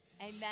Amen